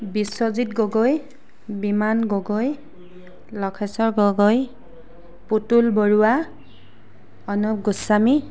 Biswajit Gogoi Biman Gogoi Lakheswar Gogoi Putul Baruah Anup Goswami